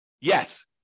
Yes